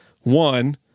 one